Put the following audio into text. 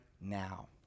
now